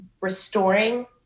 restoring